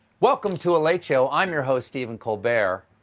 welcome to a late show. i'm your host, stephen colbert.